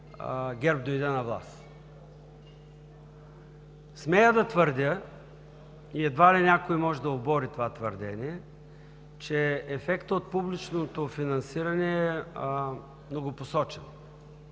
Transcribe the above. ГЕРБ дойде на власт. Смея да твърдя, и едва ли някой може да обори това твърдение, че ефектът от публичното финансиране е многопосочен.